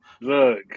Look